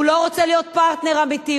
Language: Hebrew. הוא לא רוצה להיות פרטנר אמיתי,